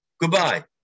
Goodbye